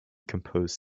composed